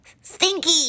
Stinky